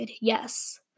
yes